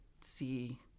see